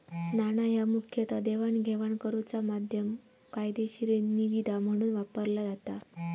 नाणा ह्या मुखतः देवाणघेवाण करुचा माध्यम, कायदेशीर निविदा म्हणून वापरला जाता